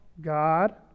God